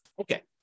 okay